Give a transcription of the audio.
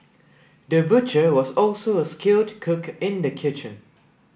the butcher was also a skilled cook in the kitchen